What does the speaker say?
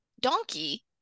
donkey